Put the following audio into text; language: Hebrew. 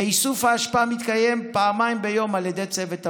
ואיסוף האשפה מתקיים פעמיים ביום על ידי צוות המלון.